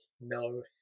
No